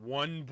one